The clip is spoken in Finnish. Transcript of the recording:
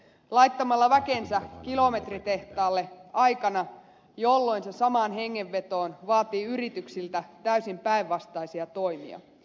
laittamalla väkensä kilometritehtaalle aikana jolloin se samaan hengenvetoon vaatii yrityksiltä täysin päinvastaisia toimia